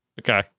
Okay